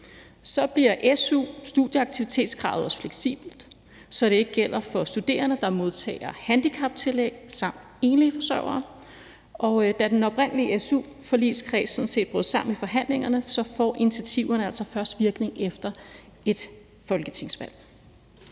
Så bliver su-studieaktivitetskravet også fleksibelt, så det ikke gælder for studerende, der modtager handicaptillæg, samt enlige forsørgere. Og da den oprindelige su-forligskreds sådan set brød sammen i forhandlingerne, får initiativerne altså først virkning efter et folketingsvalg.